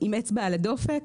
עם אצבע על הדופק,